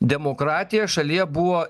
demokratija šalyje buvo